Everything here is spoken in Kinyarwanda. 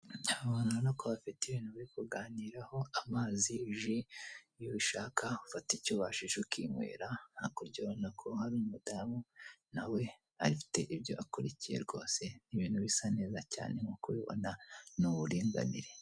Aba bantu urabona ko bafite ibintu bari kuganiraho: amazi, ji; iyo ubishaka ufata icyo ubashije ukinywera. Hakurya urabona hari umudamu, nawe afite ibyo akurikiye rwose, ibintu bisa neza cyane nk'uko ubibona ni uburinganire.